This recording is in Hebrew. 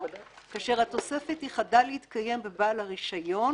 כאשר התוספת היא "חדל להתקיים בבעל הרישיון